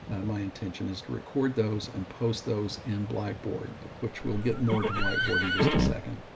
my intention is to record those and post those in blackboard, which we'll get more to blackboard in just a second.